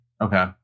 Okay